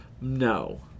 No